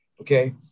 Okay